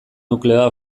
nukleoa